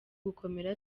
gukomera